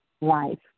life